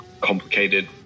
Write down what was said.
complicated